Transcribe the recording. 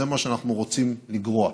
זה מה שאנחנו רוצים לגרוע,